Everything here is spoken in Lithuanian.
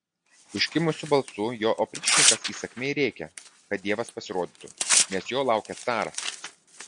užkimusiu balsu jo opričnikas įsakmiai rėkia kad dievas pasirodytų nes jo laukia caras